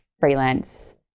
freelance